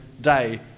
day